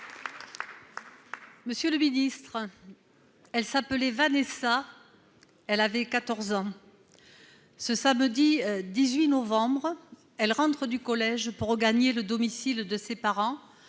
Monsieur le ministre, elle s'appelait Vanesa, elle avait 14 ans. Ce vendredi 18 novembre, elle rentre du collège pour rejoindre le domicile de ses parents